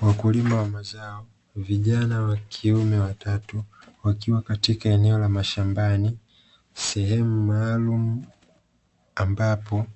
Wakulima wa mazao (vijina wa kiume watatu) wakiwa katika eneo la mashambani, sehemu maalumu ambapo